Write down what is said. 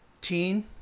teen